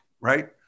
right